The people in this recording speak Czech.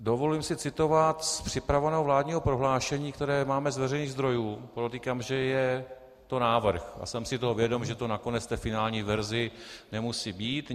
Dovolím si citovat z připravovaného vládního prohlášení, které máme z veřejných zdrojů podotýkám, že je to návrh a jsem si toho vědom, že to nakonec v té finální verzi nemusí být.